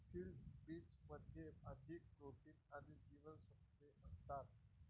field बीन्समध्ये अधिक protein आणि जीवनसत्त्वे असतात